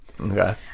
okay